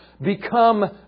become